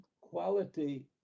quality